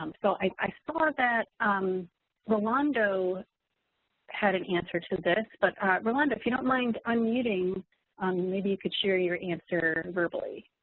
um so i saw that rolando had an answer to this, but rolando, if you don't mind unmuting maybe you could share your answer verbally?